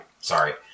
Sorry